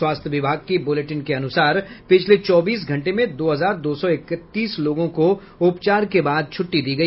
स्वास्थ्य विभाग की बुलेटिन के अनुसार पिछले चौबीस घंटे में दो हजार दो सौ इकतीस लोगों को उपचार के बाद छुट्टी दी गई